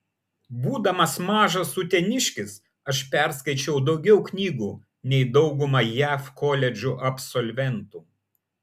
būdamas mažas uteniškis aš perskaičiau daugiau knygų nei dauguma jav koledžų absolventų